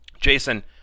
Jason